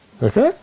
Okay